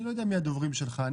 אני לא יודע מי הדוברים שלך.